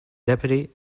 deputy